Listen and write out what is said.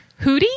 Hootie